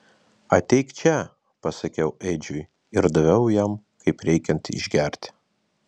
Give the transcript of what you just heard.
ateik čia pasakiau edžiui ir daviau jam kaip reikiant išgerti